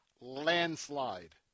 landslide